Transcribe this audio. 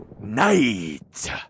night